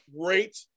great